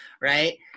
right